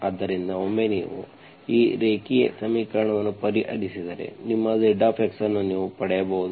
ಆದ್ದರಿಂದ ಒಮ್ಮೆ ನೀವು ಈ ರೇಖೀಯ ಸಮೀಕರಣವನ್ನು ಪರಿಹರಿಸಿದರೆ ನಿಮ್ಮ Z ಅನ್ನು ನೀವು ಪಡೆಯಬಹುದು